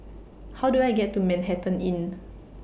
How Do I get to Manhattan Inn